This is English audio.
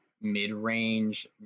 mid-range